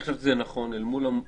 אני חושב שזה נכון אל מול ההיסטוריה.